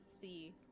see